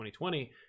2020